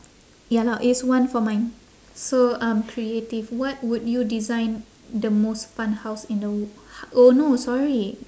ya lah it's one for mine so um creative what would you design the most fun house in the w~ oh no sorry